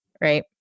Right